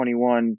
21